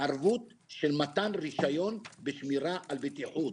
של מתן רישיון בשמירה על בטיחות,